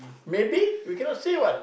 maybe we cannot say what